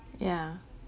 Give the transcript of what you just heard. yeah